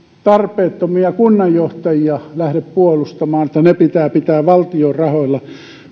tarpeettomia kunnanjohtajia lähde puolustamaan sitä että ne pitää pitää valtion rahoilla